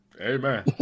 amen